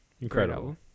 incredible